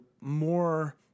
more